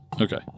Okay